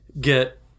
get